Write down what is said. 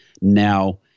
now